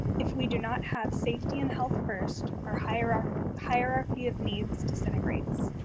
if we do not have safety and health first, our hierarchy hierarchy of needs disintegrates.